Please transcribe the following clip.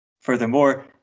Furthermore